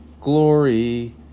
glory